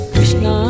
Krishna